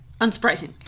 Unsurprising